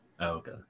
Okay